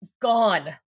Gone